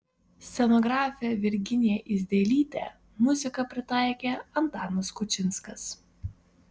scenografė virginija idzelytė muziką pritaikė antanas kučinskas